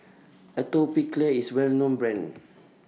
Atopiclair IS A Well known Brand